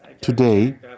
Today